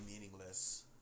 meaningless